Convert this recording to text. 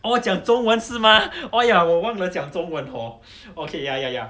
oh 讲中文是吗哎呀我忘了讲中文 hor okay ya ya ya